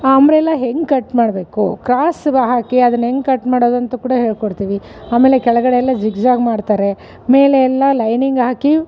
ಆ ಅಂಬ್ರೆಲಾ ಹೆಂಗೆ ಕಟ್ ಮಾಡಬೇಕು ಕ್ರಾಸ್ ಹಾಕಿ ಅದನ್ನು ಹೆಂಗ್ ಕಟ್ ಮಾಡೋದು ಅಂತ ಕೂಡ ಹೇಳಿಕೊಡ್ತೀವಿ ಆಮೇಲೆ ಕೆಳಗಡೆ ಎಲ್ಲ ಝಿಗ್ ಝ್ಯಾಗ್ ಮಾಡ್ತಾರೆ ಮೇಲೆ ಎಲ್ಲ ಲೈನಿಂಗ್ ಹಾಕಿ